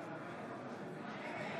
נגד גבי